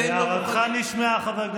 לממשלה יש אחריות למשהו?